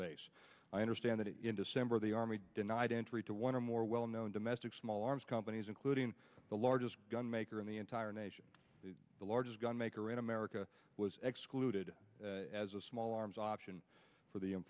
base i understand that in december the army denied entry to one or more well known domestic small arms companies including the largest gun maker in the entire nation the largest gun maker in america was excluded as a small arms option for the